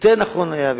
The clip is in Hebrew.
יותר נכון היה,